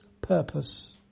purpose